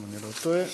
אם אני לא טועה,